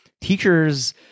Teachers